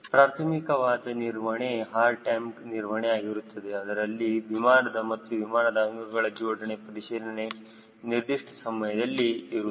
ಪ್ರಾರ್ಥಮಿಕವಾದ ನಿರ್ವಹಣೆ hard time ನಿರ್ವಹಣೆ ಆಗಿರುತ್ತದೆ ಅದರಲ್ಲಿ ವಿಮಾನದ ಮತ್ತು ವಿಮಾನದ ಅಂಗಗಳ ಜೋಡಣೆ ಪರಿಶೀಲನೆ ನಿರ್ದಿಷ್ಟ ಸಮಯದಲ್ಲಿ ಇರುತ್ತದೆ